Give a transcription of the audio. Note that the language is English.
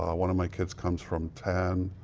one of my kids comes from ten.